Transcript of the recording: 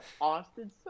Austin